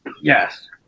Yes